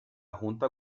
junta